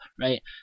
right